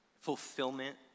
fulfillment